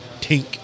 tink